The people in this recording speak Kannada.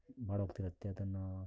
ಬಾಡೋಗ್ತಿರುತ್ತೆ ಅದನ್ನು